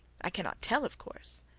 i cannot tell, of course.